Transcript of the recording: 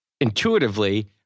Intuitively